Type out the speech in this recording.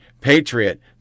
patriot